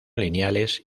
lineales